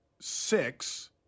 six